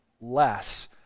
less